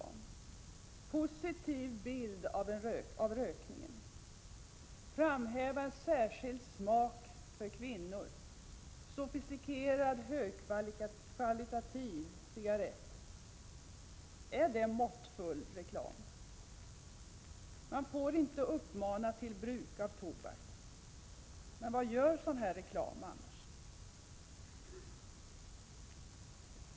Att ge en positiv bild av rökningen, att framhäva en särskild smak för kvinnor, ”sofistikerad, högkvalitativ cigarett” — är det måttfull reklam? Man får inte uppmana till bruk av tobak, men vad gör sådan här reklam annars?